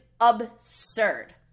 absurd